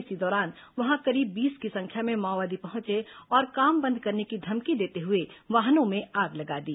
इसी दौरान वहां करीब बीस की संख्या में माओवादी पहुंचे और काम बंद करने की धमकी देते हुए वाहनों में आग लगा दी